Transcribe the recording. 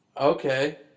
okay